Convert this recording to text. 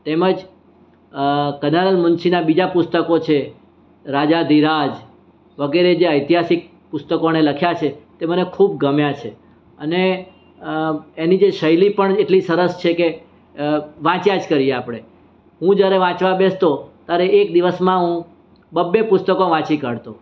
તેમ જ કનૈયાલાલ મુનશીના બીજા પુસ્તકો છે રાજાધિરાજ વગેરે જે ઐતિહાસિક પુસ્તકો એણે લખ્યાં છે એ મને ખૂબ ગમ્યાં છે અને એની જે શૈલી પણ એટલી સરસ છે કે વાંચ્યા જ કરીએ આપણે હું જયારે વાંચવા બેસતો ત્યારે એક દિવસમાં હું બબ્બે પુસ્તકો વાંચી કાઢતો